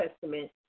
Testament